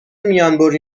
میانبری